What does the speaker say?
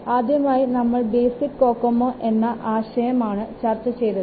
ആദ്യമായി നമ്മൾ basic COCOMO എന്ന ആശയം ആണ് ചർച്ച ചെയ്തത്